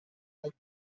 make